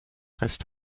reste